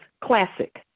classic